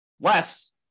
Less